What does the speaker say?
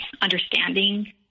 understanding